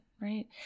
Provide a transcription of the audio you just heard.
right